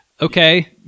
Okay